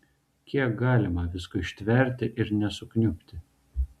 kiek galima visko ištverti ir nesukniubti